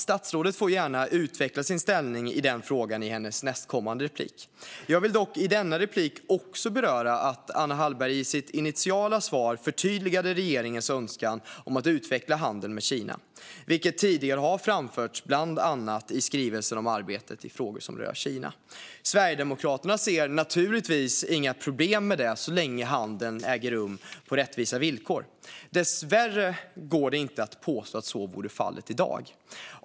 Statsrådet får gärna utveckla sin ställning i den frågan i sitt nästkommande inlägg. Jag vill dock i detta inlägg också beröra att Anna Hallberg i sitt initiala svar förtydligade regeringens önskan om att utveckla handeln med Kina, vilket tidigare har framförts bland annat i skrivelsen om arbetet i frågor som rör Kina. Sverigedemokraterna ser naturligtvis inga problem med detta så länge handeln äger rum på rättvisa villkor. Dessvärre går det inte att påstå att så är fallet i dag.